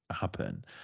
happen